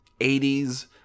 80s